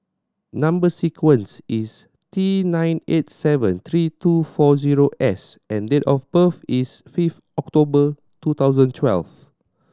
number sequence is T nine eight seven three two four zero S and date of birth is fifth October two thousand twelfth